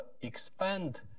expand